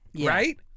right